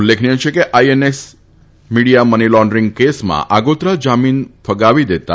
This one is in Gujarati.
ઉલ્લેખનીય છે કે આઈમિડીયા મની લોંડરીંગ કેસમાં આગોતરા જમીન ફગાવી દેતા